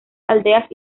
aldeas